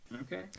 okay